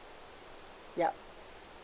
yup